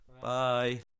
bye